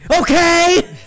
okay